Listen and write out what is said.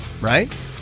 right